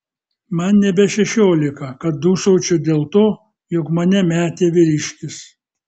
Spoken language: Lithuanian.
man nebe šešiolika kad dūsaučiau dėl to jog mane metė vyriškis